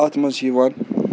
اَتھ منٛز چھِ یِوان